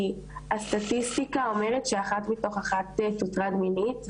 כי הסטטיסטיקה אומרת שאחת מתוך אחת תוטרד מינית.